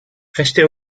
restait